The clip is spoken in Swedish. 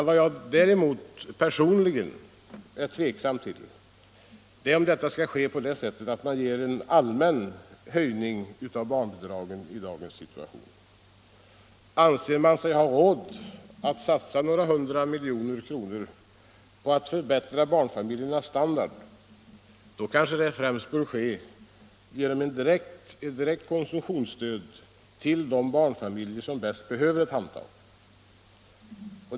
Vad jag däremot personligen ställer mig tveksam till är om detta i dagens läge skall ske genom en allmän höjning av barnbidragen. Om man anser att vi har råd att satsa några hundra miljoner på att förbättra barnfamiljernas standard, så kanske det främst bör ske genom ett direkt konsumtionsstöd till de barnfamiljer som bäst behöver ett handtag.